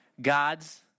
God's